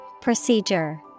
Procedure